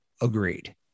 agreed